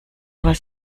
was